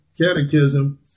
catechism